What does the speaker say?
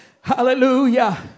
hallelujah